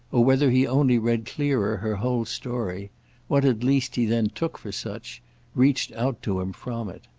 or whether he only read clearer, her whole story what at least he then took for such reached out to him from it.